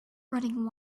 running